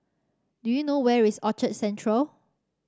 do you know where is Orchard Central